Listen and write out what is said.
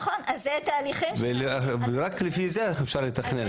נכון, אז זה תהליכים --- רק לפי זה אפשר לתכנן.